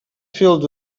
filled